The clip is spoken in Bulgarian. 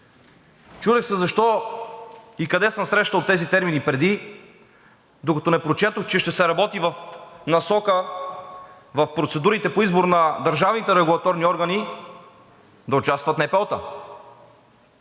Чудех се защо и къде съм срещал тези термини преди, докато не прочетох, че ще се работи в насока в процедурите по избор на държавните регулаторни органи да участват НПО-та.